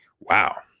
Wow